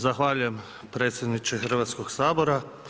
Zahvaljujem predsjedniče Hrvatskog sabora.